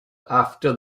after